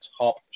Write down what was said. top